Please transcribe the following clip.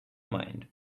mind